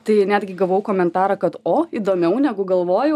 tai netgi gavau komentarą kad o įdomiau negu galvoju